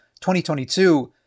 2022